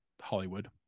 hollywood